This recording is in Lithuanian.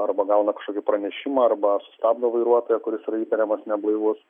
arba gauna kažkokį pranešimą arba sustabdo vairuotoją kuris yra įtariamas neblaivus